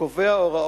שאינם נמצאים פה.